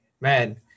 man